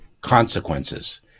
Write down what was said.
consequences